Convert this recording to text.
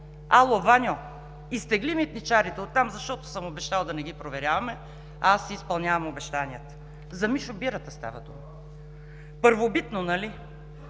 „Ало, Ваньо, изтегли митничарите от там, защото съм обещал да не ги проверяваме, а аз си изпълнявам обещанията“ – за Мишо Бирата става дума. Първобитно, нали?